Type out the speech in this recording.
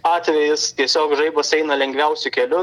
atvejis tiesiog žaibas eina lengviausiu keliu